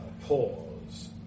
pause